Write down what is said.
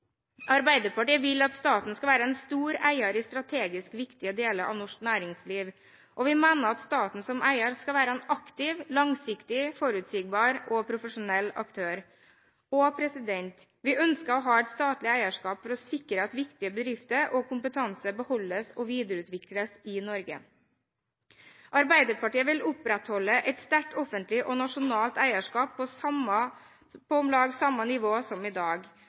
Arbeiderpartiet vil at staten skal være en stor eier i strategisk viktige deler av norsk næringsliv, og vi mener at staten som eier skal være en aktiv, langsiktig, forutsigbar og profesjonell aktør. Vi ønsker å ha et statlig eierskap for å sikre at viktige bedrifter og kompetanse beholdes og videreutvikles i Norge. Arbeiderpartiet vil opprettholde et sterkt offentlig og nasjonalt eierskap på om lag samme nivå som i dag.